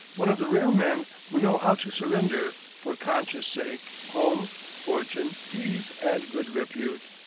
one of the rare men who know how to surrender, for conscience' sake, home, fortune, ease, and good repute.